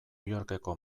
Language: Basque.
yorkeko